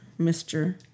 Mr